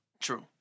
True